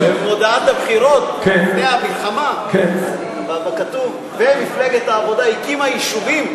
במודעת הבחירות לפני המלחמה כתוב: ומפלגת העבודה הקימה יישובים.